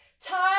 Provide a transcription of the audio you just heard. time